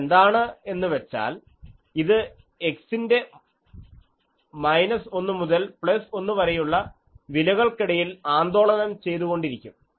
അതെന്താണെന്ന് വച്ചാൽ ഇത് x ന്റെ മൈനസ് 1 മുതൽ പ്ലസ് 1 വരെയുള്ള വിലകൾക്കിടയിൽ ആന്ദോളനം ചെയ്തുകൊണ്ടിരിക്കും